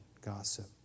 gossip